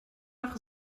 nach